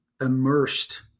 immersed